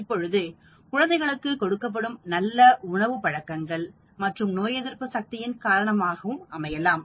இப்பொழுது குழந்தைகளுக்கு கொடுக்கப்படும் நல்ல உணவு பழக்கங்கள் மற்றும் நோய் எதிர்ப்பு சக்தியின் காரணமாகவும் அமையலாம்